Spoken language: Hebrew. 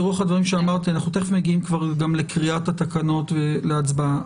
ברוח הדברים אנחנו תכף מגיעים לקריאת התקנות ולהצבעה.